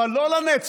אבל לא לנצח